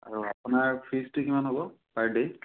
আৰু আপোনাৰ ফিজটো কিমান হ'ব পাৰ ডে'